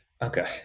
Okay